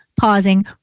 pausing